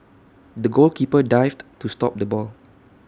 the goalkeeper dived to stop the ball